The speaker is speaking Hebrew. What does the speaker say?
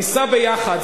ניסע יחד,